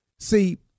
See